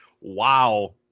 Wow